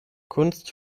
kunst